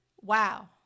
wow